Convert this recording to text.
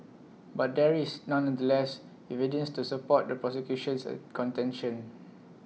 but there is nonetheless evidence to support the prosecution's contention